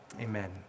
Amen